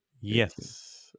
yes